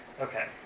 Okay